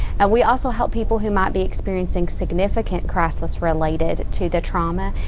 and we also help people who might be experiencing significant process related to the trauma.